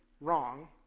wrong